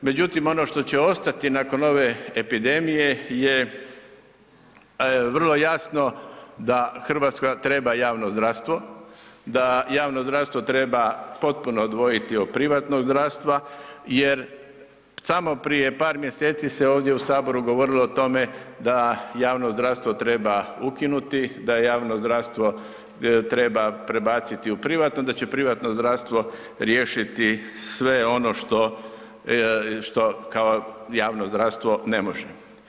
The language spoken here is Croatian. Međutim, ono što će ostati nakon ove epidemije je vrlo jasno da RH treba javno zdravstvo, da javno zdravstvo treba potpuno odvojiti od privatnog zdravstva jer samo prije par mjeseci se ovdje u saboru govorilo o tome da javno zdravstvo treba ukinuti, da javno zdravstvo treba prebaciti u privatno, da će privatno zdravstvo riješiti sve ono što, što kao javno zdravstvo ne može.